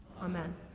Amen